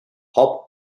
hop